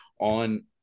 on